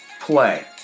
play